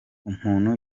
umuntu